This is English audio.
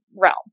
realm